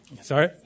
Sorry